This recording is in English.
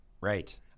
Right